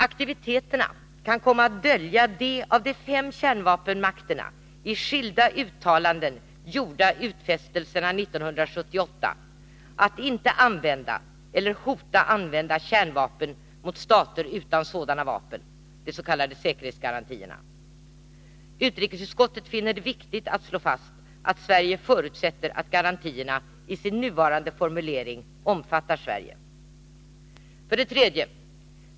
Aktiviteterna kan komma att dölja de av de fem kärnvapenmakterna i skilda uttalanden gjorda utfästelserna 1978 att inte använda eller hota använda kärnvapen mot stater utan sådana vapen, de s.k. säkerhetsgarantierna. Utrikesutskottet finner det viktigt att slå fast att Sverige förutsätter att garantierna i sin nuvarande formulering omfattar Sverige. 3.